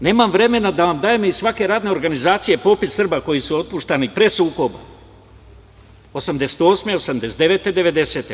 Nemam vremena da vam dajem iz svake radne organizacije popis Srba koji su otpuštani pre sukoba, 1988, 1989. i 1990. godine.